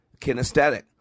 Kinesthetic